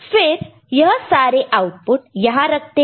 फिर यह सारे आउटपुट यहां रखते हैं